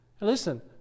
Listen